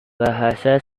bahasa